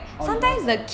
orh you don't want the